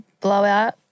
blowout